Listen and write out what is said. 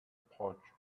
pouch